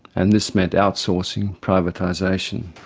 and this meant outsourcing, privatisation.